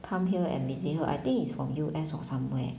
come here and visit her I think it's from U_S or somewhere